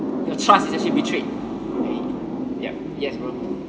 your trust is actually betrayed like yup yes bro